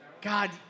God